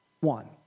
One